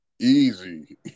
Easy